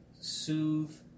soothe